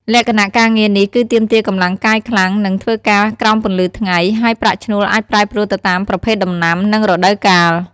លក្ខណៈការងារនេះគឺទាមទារកម្លាំងកាយខ្លាំង និងធ្វើការក្រោមពន្លឺថ្ងៃ ហើយប្រាក់ឈ្នួលអាចប្រែប្រួលទៅតាមប្រភេទដំណាំ និងរដូវកាល ។